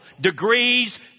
Degrees